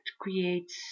creates